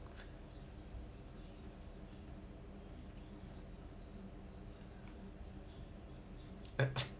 uh